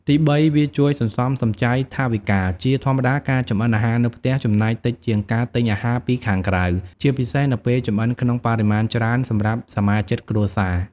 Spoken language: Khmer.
ទីបី វាជួយ សន្សំសំចៃថវិកា ជាធម្មតាការចម្អិនអាហារនៅផ្ទះចំណាយតិចជាងការទិញអាហារពីខាងក្រៅ ជាពិសេសនៅពេលចម្អិនក្នុងបរិមាណច្រើនសម្រាប់សមាជិកគ្រួសារ។